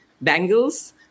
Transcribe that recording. bangles